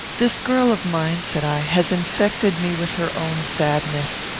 this girl of mine, said i, has infected me with her own sadness.